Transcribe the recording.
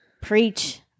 Preach